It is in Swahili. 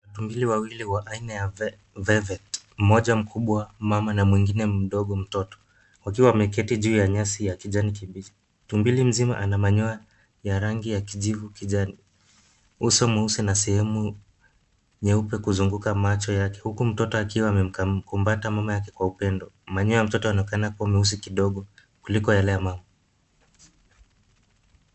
Tumbili wawili wa aina ya vevet . Mmoja mkubwa mmama na mwingine mdogo mtoto wakiwa wameketi juu ya nyasi ya kijani kibichi. Tumbili mzima ana manyoya ya rangi ya kijivu kijani, uso mweusi na sehemu nyeupe kuzunguka macho yake, huku mtoto akiwa amemkumbata mama yake kwa upendo. Manyoya ya mtoto yaonekana kuwa mweusi kidogo kuliko yale ya mama.